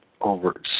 over